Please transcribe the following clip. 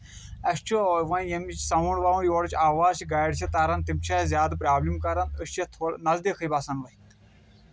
اَسہِ چھُ ووٚنۍ ییٚمِچ سَونٛڈ وونڈ یورٕچ آواز چھِ گاڈِ چھِ تران تِم چھِ اَسہِ زیادٕ پروبلِم کَران أسۍ چھِ یَتھ تھوڑا نزدیٖکے بَسان وۄنۍ